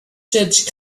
judge